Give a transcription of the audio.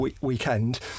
weekend